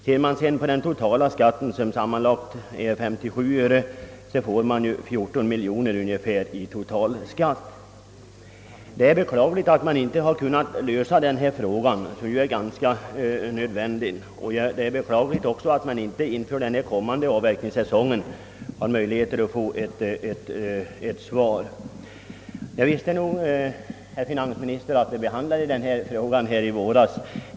Skatten, som är 57 öre per liter, uppgår sammanlagt till ungefär 14 miljoner kronor per år. Det är beklagligt att man inte kunnat lösa detta problem ännu, och det är också beklagligt att man inte inför den kommande avverkningssäsongen kan få ett bestämt svar. Jag visste nog, herr finansminister, att vi behandlade denna fråga i våras.